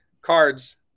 cards